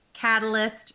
catalyst